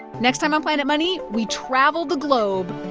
next time on planet money, we travel the globe,